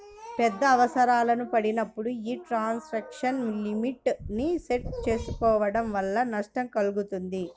పెద్ద అవసరాలు పడినప్పుడు యీ ట్రాన్సాక్షన్ లిమిట్ ని సెట్ చేసుకోడం వల్ల నష్టం కల్గుతుంది